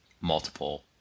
multiple